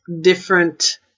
different